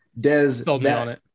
Des